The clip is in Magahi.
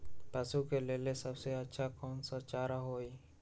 पशु के लेल सबसे अच्छा कौन सा चारा होई?